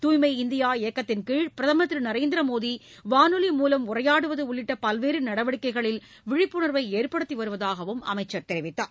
தூய்மை இந்தியா இயக்கத்தின்கீழ் பிரதமர் திரு நரேந்திர மோடி வானொலி மூலம் உரையாடுவது உள்ளிட்ட பல்வேறு நடவடிக்கைகளில் விழிப்புணர்வை ஏற்படுத்தி வருவதாக அமைச்சர் தெரிவித்தார்